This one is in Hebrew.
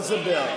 מה זה בעד?